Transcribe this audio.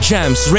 Jams